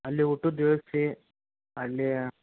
ಅಲ್ಲಿ ಊಟದ ವ್ಯವಸ್ಥೆ ಅಲ್ಲಿ